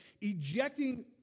ejecting